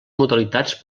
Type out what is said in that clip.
modalitats